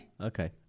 Okay